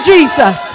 Jesus